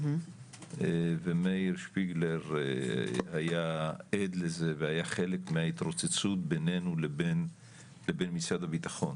ומאיר שפיגלר היה עד לזה והיה חלק מההתרוצצות בינינו לבין משרד הבטחון.